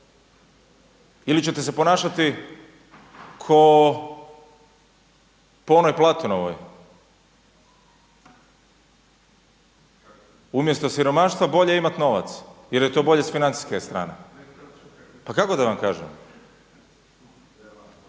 ili ćete se ponašati ko po onoj Platonovoj, umjesto siromaštva bolje imati novac jer je to bolje s financijske strane. Pa kako da vam kažem?